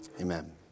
Amen